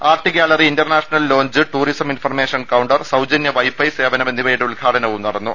art gallery international lounge tourism information counter സൌജന്യ wifi സേവനം എന്നിവയുടെ ഉദ്ഘാടനവും നടന്നു